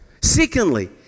Secondly